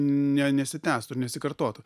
ne nesitęstų ir nesikartotų